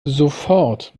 sofort